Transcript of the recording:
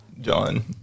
John